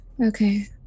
Okay